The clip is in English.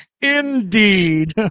Indeed